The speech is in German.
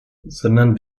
sondern